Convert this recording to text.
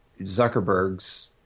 Zuckerberg's